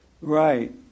Right